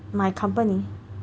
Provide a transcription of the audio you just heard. my company